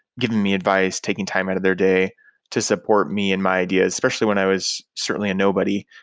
given me advice, taken time out of their day to support me and my ideas, especially when i was certainly a nobody.